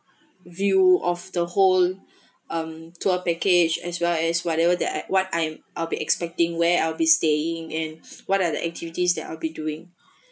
view of the whole um tour package as well as whatever that what I'm I'll be expecting where I'll be staying and what are the activities that I'll be doing